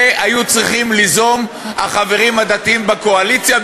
את זה היו צריכים ליזום החברים הדתיים בקואליציה.